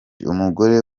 umugore